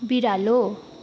बिरालो